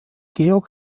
georg